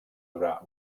durar